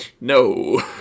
No